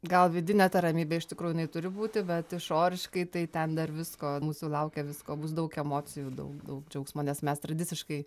gal vidinė ramybė iš tikrųjų jinai turi būti bet išoriškai tai ten dar visko mūsų laukia visko bus daug emocijų daug daug džiaugsmo nes mes tradiciškai